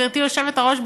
גברתי היושבת-ראש,